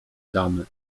damy